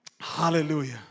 Hallelujah